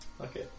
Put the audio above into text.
Okay